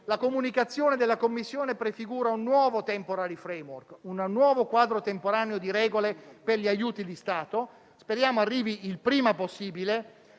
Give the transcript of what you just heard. La comunicazione della Commissione prefigura un nuovo *temporary framework*, ossia un nuovo quadro temporaneo di regole per gli aiuti di Stato, che speriamo arrivi il prima possibile.